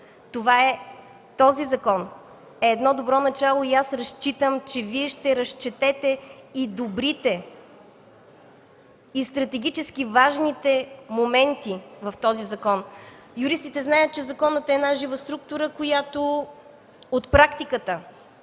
Този закон е едно добро начало и аз считам, че Вие ще разчетете и добрите, и стратегически важните моменти в този закон. Юристите знаят, че законът е една жива структура, която от практиката